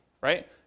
right